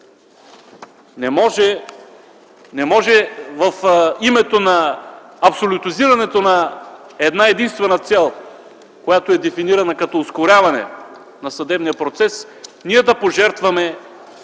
Не може в името на абсолютизирането на една единствена цел, която е дефинирана като ускоряване на съдебния процес, ние да пожертваме